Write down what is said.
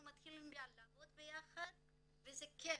אנחנו מתחילים לעבוד ביחד וזה כייף,